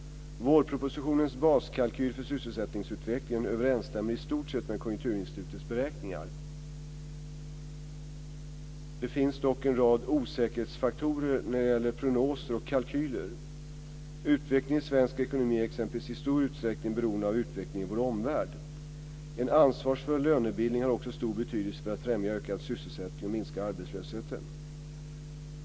Vårpropositionens baskalkyl för sysselsättningsutvecklingen överensstämmer i stort sett med Konjunkturinstitutets beräkningar. Det finns dock en rad osäkerhetsfaktorer när det gäller prognoser och kalkyler. Utvecklingen i svensk ekonomi är exempelvis i stor utsträckning beroende av utvecklingen i vår omvärld. En ansvarsfull lönebildning har också stor betydelse för att främja ökad sysselsättning och minska arbetslösheten.